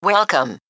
Welcome